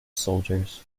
soldiers